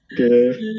Okay